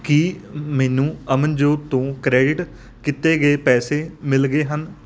ਕੀ ਮੈਨੂੰ ਅਮਨਜੋਤ ਤੋਂ ਕ੍ਰੈਡਿਟ ਕੀਤੇ ਗਏ ਪੈਸੇ ਮਿਲ ਗਏ ਹਨ